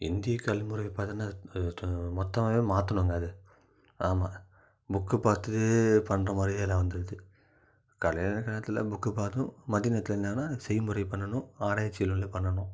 இந்திய கல்விமுறை பார்த்தீனா மொத்தமாகவே மாத்தணுங்க அது ஆமாம் புக்கு பார்த்து பண்ணுறமாரி வேலை வந்துடுது காலையில நேரத்தில் புக்கு பார்க்கணும் மதிய நேரத்தில் என்னான்னா செய்முறை பண்ணனும் ஆராய்ச்சிகள் பண்ணனும்